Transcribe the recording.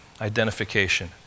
Identification